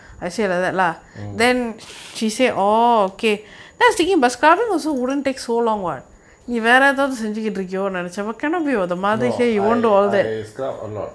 (mm)no I I scrub a lot